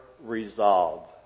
resolve